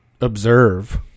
observe